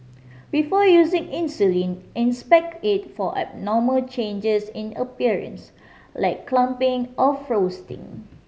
before using insulin inspect it for abnormal changes in appearance like clumping or frosting